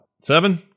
Seven